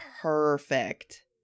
perfect